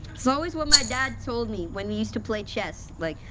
it's always what my dad told me when we used to play chess. like,